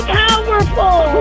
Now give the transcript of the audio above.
powerful